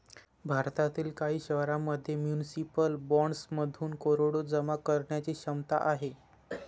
भारतातील काही शहरांमध्ये म्युनिसिपल बॉण्ड्समधून करोडो जमा करण्याची क्षमता आहे